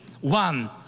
one